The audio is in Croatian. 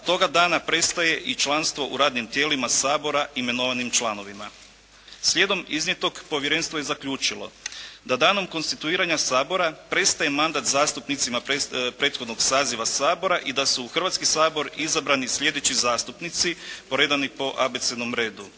a toga dana prestaje i članstvo u radnim tijelima Sabora imenovanim članovima. Slijedom iznijetog Povjerenstvo je zaključilo da danom konstituiranja Sabora prestaje mandat zastupnicima prethodnog saziva Sabora i da su u Hrvatski sabor izabrani slijedeći zastupnici poredani po abecednom redu.